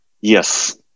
Yes